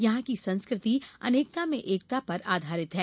यहां की संस्कृति अनेकता में एकता पर आधारित है